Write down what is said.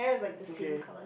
okay